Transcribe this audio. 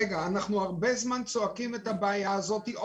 הרבה זמן אנחנו צועקים ולא קיבלנו